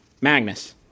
Magnus